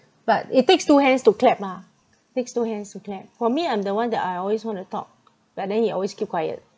but it takes two hands to clap mah takes two hands to clap for me I'm the one that I always want to talk but then he always keep quiet